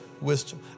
wisdom